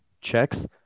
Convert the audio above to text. checks